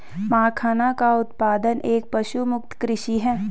मखाना का उत्पादन एक पशुमुक्त कृषि है